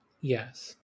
Yes